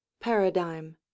Paradigm